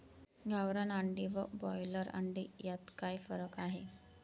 गावरान अंडी व ब्रॉयलर अंडी यात काय फरक आहे?